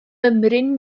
mymryn